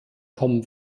kommen